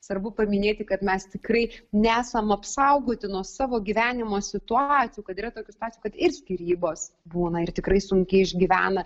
svarbu paminėti kad mes tikrai nesam apsaugoti nuo savo gyvenimo situacijų kad yra tokių situacijų ir skyrybos būna ir tikrai sunkiai išgyvena